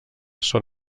són